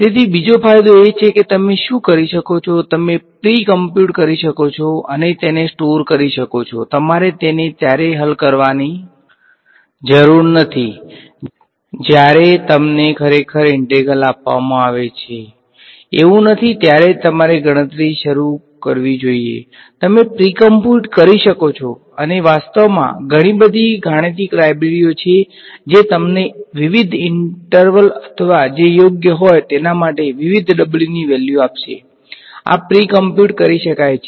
તેથી બીજો ફાયદો એ છે કેતમે શું કરી શકો છો તમે પ્રી કમ્પ્યુટ કરી શકો છો અને તેને સ્ટોર કરી શકો છે તમારે તેને ત્યારે હલ કરવાની જરૂર નથી જ્યારે તમે ખરેખર ઇન્ટિગ્રલ આપવામાં આવે છે એવું નથી ત્યારે જ તમારે ગણતરી કરવાનું શરૂ કરવું જોઈએ તમે કમ્પ્યુટ કરી શકો છો અને વાસ્તવમાં ઘણી બધી ગાણિતિક લાઈબ્રેરીઓ છે જે તમને વિવિધ ઈંટર્વલ અથવા જે યોગ્ય હોય તેના માટે વિવિધ w ની વેલ્યુ આપશે આ પ્રી કમ્પ્યુટ કરી શકાય છે